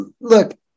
look